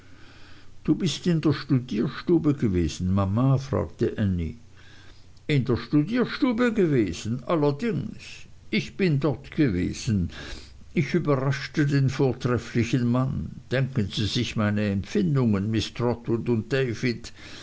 du bist in der studierstube gewesen mama fragte ännie in der studierstube gewesen allerdings ja ich bin dort gewesen ich überraschte den vortrefflichen mann denken sie sich meine empfindungen miß trotwood und david